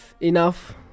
Enough